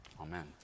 Amen